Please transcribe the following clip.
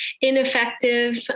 ineffective